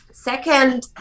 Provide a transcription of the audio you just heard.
Second